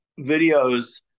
videos